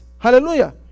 Hallelujah